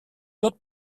tot